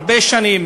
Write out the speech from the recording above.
הרבה שנים,